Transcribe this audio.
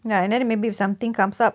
ya and then maybe if something comes up